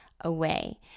away